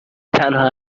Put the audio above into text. تنها